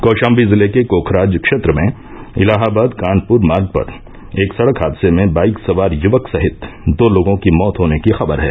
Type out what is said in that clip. कौषाम्बी जिले के कोखराज क्षेत्र में इलाहाबाद कानपुर मार्ग पर एक सड़क हादसे में बाइक सवार युवक सहित दो लोगों की मौत होने की खबर है